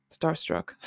starstruck